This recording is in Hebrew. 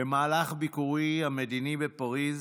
במהלך ביקורי המדיני בפריז